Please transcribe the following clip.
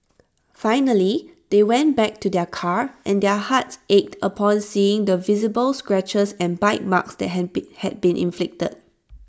finally they went back to their car and their hearts ached upon seeing the visible scratches and bite marks that had been had been inflicted